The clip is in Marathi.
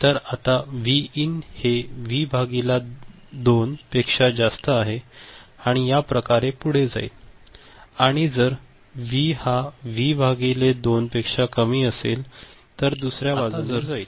तर आता व्ही इन हे व्ही भागिले 2 पेक्षा जास्त आहे आणि या प्रकारे पुढे जाईल आणि जर व्ही हा व्ही भागिले 2 पेक्षा कमी असेल तर दुसऱ्या बाजूने जाईल